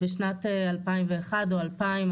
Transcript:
בשנת 2001 או 2000,